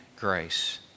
grace